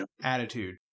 attitude